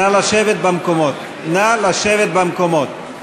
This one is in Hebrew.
נא לשבת במקומות, נא לשבת במקומות.